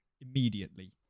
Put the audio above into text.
immediately